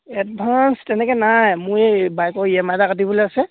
advance তেনেকৈ নাই মোৰ এই বাইকৰ ই এম আই এটা কাটিবলৈ আছে